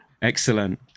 Excellent